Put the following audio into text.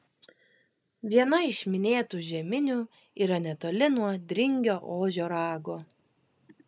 viena iš minėtų žeminių yra netoli nuo dringio ožio rago